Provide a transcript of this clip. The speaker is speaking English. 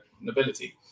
nobility